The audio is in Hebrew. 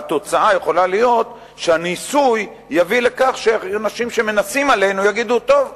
והתוצאה יכולה להיות שהניסוי יביא לכך שאנשים שמנסים עלינו יגידו: טוב,